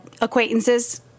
acquaintances